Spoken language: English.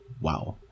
Wow